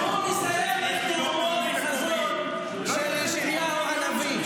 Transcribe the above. והוא מסיים את נאומו בחזון של ישעיהו הנביא.